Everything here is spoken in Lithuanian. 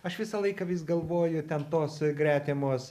aš visą laiką vis galvoju ten tos gretimos